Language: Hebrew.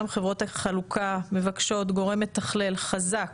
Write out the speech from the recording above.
גם חברות החלוקה מבקשות גורם מתכלל חזק,